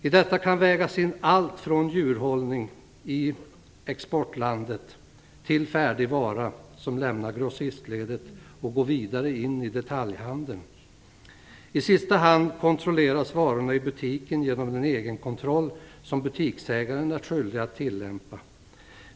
I detta kan vägas in allt från djurhållning i exportlandet till färdig vara som lämnar grossistledet och går vidare in i detaljhandeln. I sista hand kontrolleras varorna i butiken genom den egenkontroll som butiksägaren är skyldig att tillämpa.